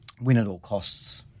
win-at-all-costs